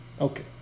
Okay